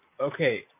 Okay